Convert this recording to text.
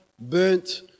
burnt